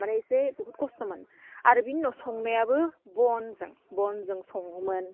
मानि इसे बहुद खस्टमोन आरो बिनि उनाव संनायाबो बनजों बनजों सङोमोन